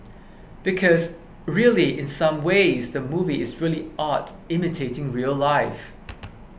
because really in some ways the movie is really art imitating real life